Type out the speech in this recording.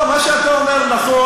לא, מה שאתה אומר נכון.